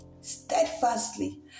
steadfastly